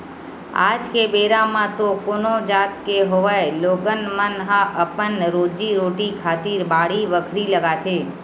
आज के बेरा म तो कोनो जात के होवय लोगन मन ह अपन रोजी रोटी खातिर बाड़ी बखरी लगाथे